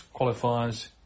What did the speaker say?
qualifiers